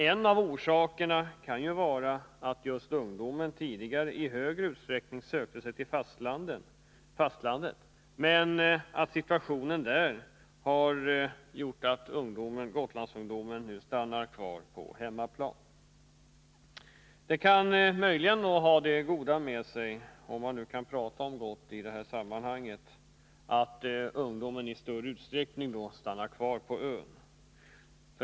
En av orsakerna kan vara att just ungdomen tidigare i större utsträckning sökte sig till fastlandet, men att situationen där har medfört att Gotlandsungdomen nu stannar kvar på hemmaplan. Det kan ha det goda med sig, om man nu kan prata om gott i detta sammanhang, att ungdomen i större utsträckning stannar kvar på ön.